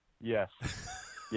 Yes